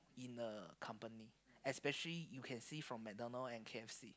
in a company especially you can see from McDonald and k_f_c